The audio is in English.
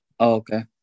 Okay